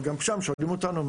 גם שם שואלים אותנו,